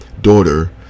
daughter